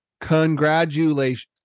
congratulations